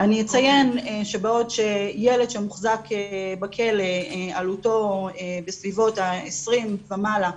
אני אציין שבעוד שילד שמוחזק בכלא עלותו בסביבות ה-20,000 שקלים ומעלה,